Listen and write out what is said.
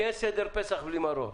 כי אין סדר פסח בלי מרור.